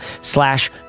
slash